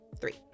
three